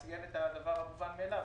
הוא ציין את הדבר המובן מאליו,